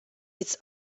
its